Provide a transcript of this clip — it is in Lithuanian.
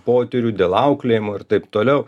potyrių dėl auklėjimo ir taip toliau